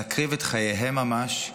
להקריב את חייהם ממש,